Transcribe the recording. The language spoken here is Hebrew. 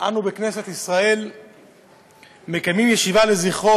אנו מקיימים בכנסת ישראל ישיבה לזכרו